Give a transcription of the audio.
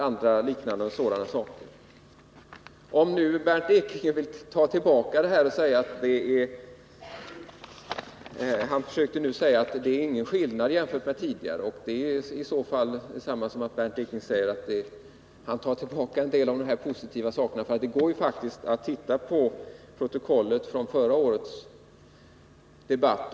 Bernt Ekinge försökte säga att det inte är någon skillnad jämfört med Nr 28 tidigare, men i så fall tar han ju tillbaka några av de här positiva sakerna. Det Onsdagen den går faktiskt att jämföra med protokollet från förra årets debatt.